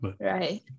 right